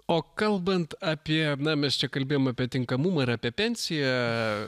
o kalbant apie na mes čia kalbėjom apie tinkamumą ir apie pensiją